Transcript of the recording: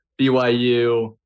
BYU